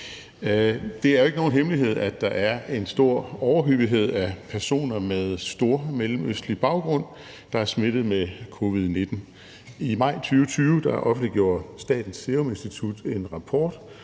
Det er jo ikke nogen hemmelighed, at der er en stor overhyppighed af personer med stormellemøstlig baggrund, der er smittet med covid-19. I maj 2020 offentliggjorde Statens Serum Institut en rapport,